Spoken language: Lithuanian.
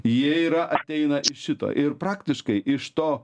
jie yra ateina šito ir praktiškai iš to